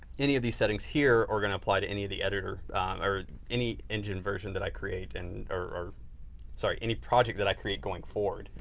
any of these settings here are going to apply to any of the editor or any engine version that i create and or sorry, any project that i create going forward,